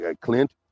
Clint